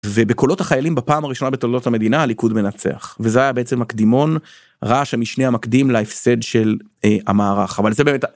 ובקולות החיילים בפעם הראשונה בתולדות המדינה הליכוד מנצח וזה היה בעצם הקדימון, רעש המשנה המקדים, להפסד של המערך.